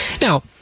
Now